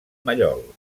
mallol